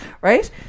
right